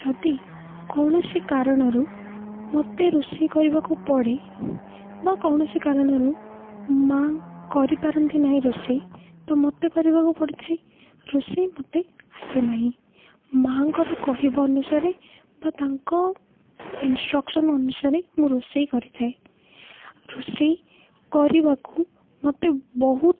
ଯଦି କୌଣସି କାରଣରୁ ମୋତେ ରୋଷେଇ କରିବାକୁ ପଡ଼େ ବା କୌଣସି କାରଣରୁ ମାଆ କରିପାରନ୍ତିନାହିଁ ରୋଷେଇ ତ ମୋତେ କରିବାକୁ ପଡ଼ିଥାଏ ରୋଷେଇ ମୋତେ ଆସେ ନାହିଁ ମାଆଙ୍କର କହିବା ଅନୁସାରେ ବା ତାଙ୍କ ଇନଷ୍ଟ୍ରକ୍ସନ୍ ଅନୁସାରେ ମୁଁ ରୋଷେଇ କରିଥାଏ ରୋଷେଇ କରିବାକୁ ମୋତେ ବହୁତ